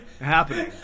happening